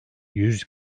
yüz